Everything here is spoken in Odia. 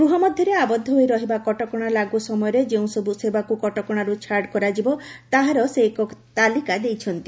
ଗୃହ ମଧ୍ୟରେ ଆବଦ୍ଧ ହୋଇ ରହିବା କଟକଣା ଲାଗୁ ସମୟରେ ଯେଉଁସବୁ ସେବାକୁ କଟକଶାରୁ ଛାଡ଼ କରାଯିବ ତାହାର ସେ ଏକ ତାଲିକା ଦେଇଛନ୍ତି